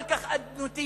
כל כך אדנותית,